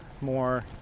more